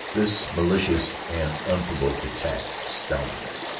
this malicious and unprovoked attack astounded him.